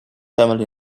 family